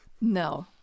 No